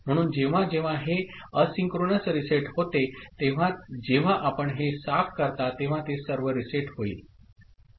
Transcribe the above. म्हणून जेव्हा जेव्हा हे एसिन्क्रोनस रीसेट होते तेव्हा जेव्हा आपण हे साफ करता तेव्हा ते सर्व रीसेट होईल